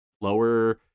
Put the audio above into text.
lower